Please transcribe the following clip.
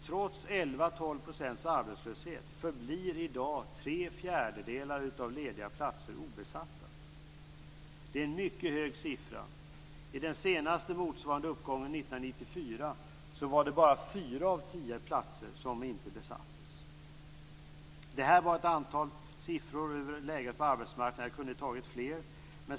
Trots en arbetslöshet på 11-12 % förblir i dag tre fjärdedelar av antalet lediga platser obesatta. Det är en mycket hög siffra. I den senaste motsvarande uppgången 1994 var det bara fyra platser av tio som inte besattes. Det här var ett antal siffror över läget på arbetsmarknaden. Jag hade kunnat ta upp fler.